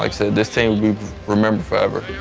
like so this team will be remembered forever.